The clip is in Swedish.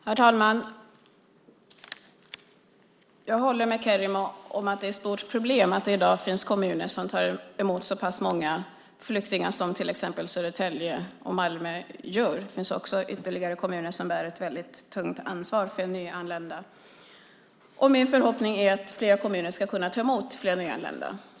Herr talman! Jag håller med Kerimo om att det är ett stort problem att det i dag finns kommuner som tar emot så pass många flyktingar som till exempel Södertälje och Malmö gör. Det finns ytterligare kommuner som också bär ett väldigt tungt ansvar för nyanlända. Det är min förhoppning att fler kommuner ska kunna ta emot fler nyanlända.